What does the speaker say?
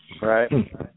Right